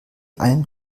einem